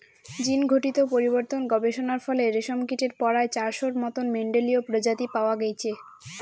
জীনঘটিত পরিবর্তন গবেষণার ফলে রেশমকীটের পরায় চারশোর মতন মেন্ডেলীয় প্রজাতি পাওয়া গেইচে